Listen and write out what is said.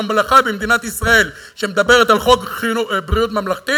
הממלכה במדינת ישראל שמדברת על חוק ביטוח בריאות ממלכתי